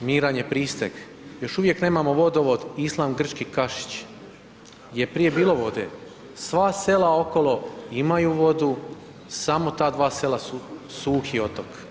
Miranje Pristeg, još uvijek nemamo vodovod Islam Grčki Kašić, gdje je prije bilo vode, sva sela okolo imaju vodu, samo ta dva sela su suhi otok.